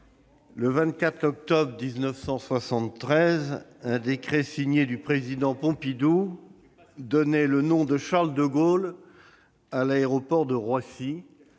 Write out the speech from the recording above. le 24 octobre 1973, un décret signé du président Pompidou donnait le nom de Charles de Gaulle à l'aéroport de Roissy,